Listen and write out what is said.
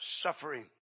suffering